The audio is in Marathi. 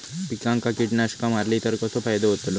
पिकांक कीटकनाशका मारली तर कसो फायदो होतलो?